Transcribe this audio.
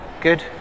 Good